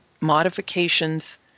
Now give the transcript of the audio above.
Modifications